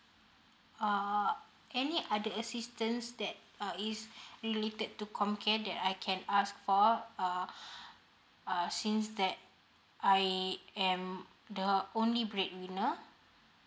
uh any other assistance that uh is related to comcare that I can ask for uh err since that I am the only bread winner